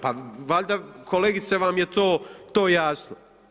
Pa valjda kolegice vam je to jasno.